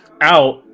out